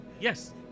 Yes